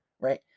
right